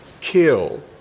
kill